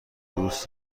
دوست